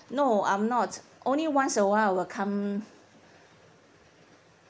no I'm not only once a while I will come